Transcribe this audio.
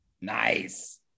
Nice